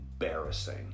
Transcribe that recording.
embarrassing